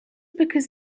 because